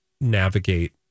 navigate